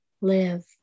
live